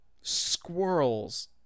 Squirrels